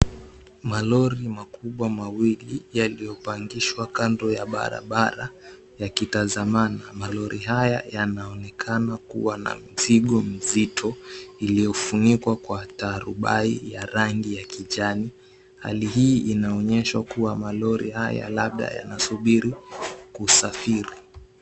Malori makubwa mawili yaliyopangishwa kando ya barabara yakitazamana. Malori haya yanaonekana kuwa na mzigo mzito iliyofunikwa kwa tarubai ya rangi ya kijani. Hali hii inaonyesha kuwa malori haya labda yanasubiri kusafiri.